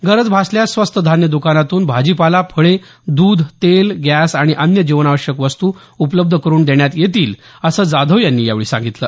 गरज भासल्यास स्वस्त धान्य दुकानांतून भाजीपाला फळे दूध तेल गॅस आणि अन्य जीवनावश्यक वस्तू उपलब्ध करून देण्यात येतील असं जाधव यांनी यावेळी सांगितलं